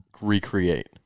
recreate